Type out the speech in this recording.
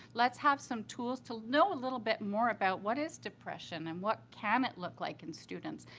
let's have some tools to know a little bit more about what is depression and what can it look like in students.